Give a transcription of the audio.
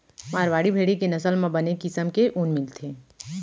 मारवाड़ी भेड़ी के नसल म बने किसम के ऊन मिलथे